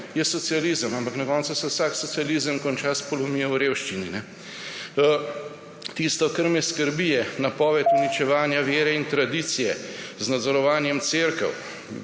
je socializem, ampak na koncu se vsak socializem konča s polomijo v revščini. Tisto, kar me skrbi, je napoved uničevanja vere in tradicije z nadzorovanjem cerkev,